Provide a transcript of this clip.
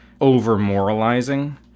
over-moralizing